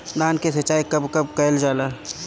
धान के सिचाई कब कब कएल जाला?